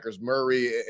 Murray